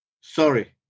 sorry